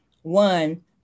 One